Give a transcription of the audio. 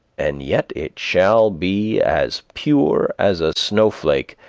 and yet it shall be as pure as a snowflake,